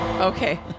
Okay